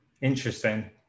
Interesting